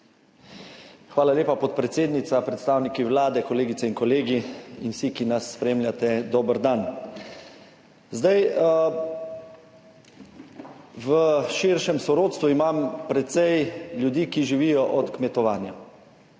Hvala lepa, podpredsednica. Predstavniki Vlade, kolegice in kolegi in vsi, ki nas spremljate, dober dan. V širšem sorodstvu imam precej ljudi, ki živijo od kmetovanja